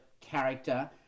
character